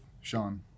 Sean